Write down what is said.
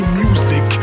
music